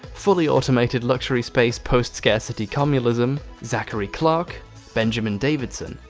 fully automated luxury space, post-scarcity, commulism, zachary clarke benjamin davidson,